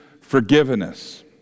forgiveness